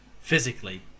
physically